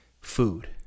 food